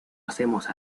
hacemos